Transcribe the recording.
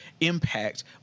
impact